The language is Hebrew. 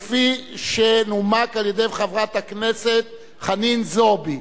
כפי שנומק על-ידי חברת הכנסת חנין זועבי.